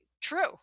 true